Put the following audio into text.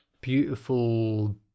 beautiful